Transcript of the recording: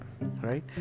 right